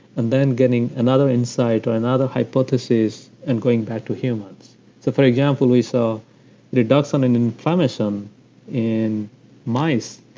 and then getting another insight or another hypothesis, and going back to humans so for example, we saw a reduction in inflammation in mice,